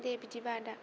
दे बिदिबा आदा